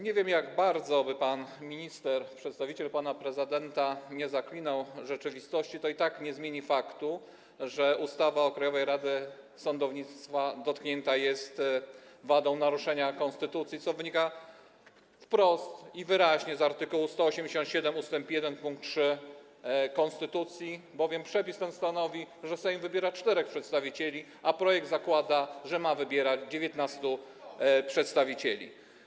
Nie wiem, jakkolwiek by pan minister przedstawiciel pana prezydenta zaklinał rzeczywistość, to i tak nie zmieni to faktu, że ustawa o Krajowej Radzie Sądownictwa dotknięta jest wadą naruszenia konstytucji, co wynika wprost i wyraźnie z art. 187 ust. 1 pkt 3 konstytucji, bowiem przepis ten stanowi, że Sejm wybiera 4 przedstawicieli, a projekt zakłada, że ma wybierać 19 przedstawicieli.